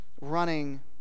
running